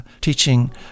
teaching